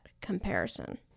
comparison